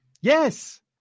Yes